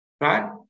right